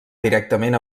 directament